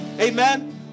Amen